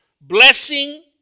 blessing